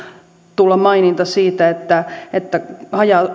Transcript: tulla maininta siitä että että haja